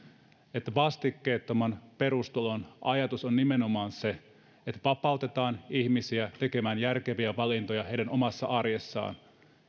että vastikkeettoman perustulon ajatus on nimenomaan se että vapautetaan ihmisiä tekemään järkeviä valintoja omassa arjessaan